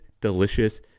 delicious